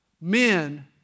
Men